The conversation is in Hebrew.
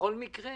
בכל מקרה